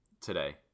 today